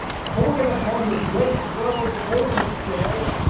falling upon the great world's altar stairs,